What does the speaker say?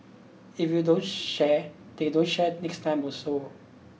if you don't share they don't share next time also